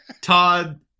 Todd